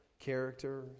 character